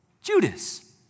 Judas